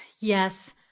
Yes